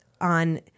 on